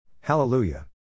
Hallelujah